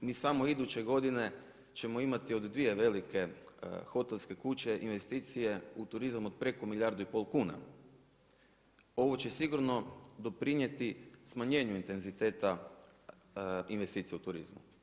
Mi samo iduće godine ćemo imati od dvije velike hotelske kuće investicije u turizam od preko milijardu i pol kuna, ovo će sigurno doprinijeti smanjenju intenziteta investicija u turizmu.